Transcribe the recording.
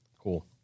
cool